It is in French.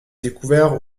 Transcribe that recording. découvert